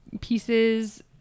pieces